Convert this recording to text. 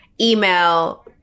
email